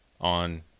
on